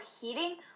heating